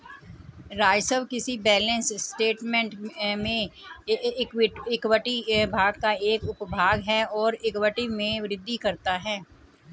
राजस्व किसी balance statement में इक्विटी भाग का एक उपभाग है और इक्विटी में वृद्धि करता है